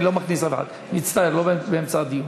אני לא מכניס אף אחד, מצטער, לא באמצע הדיון.